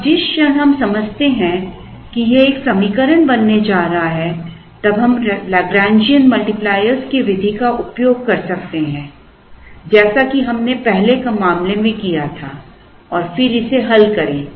अब जिस क्षण हम समझते हैं कि यह एक समीकरण बनने जा रहा है तब हम लैग्रैन्जियन मल्टीप्लायरों की विधि का उपयोग कर सकते हैं जैसा कि हमने पहले मामले में किया था और फिर इसे हल करें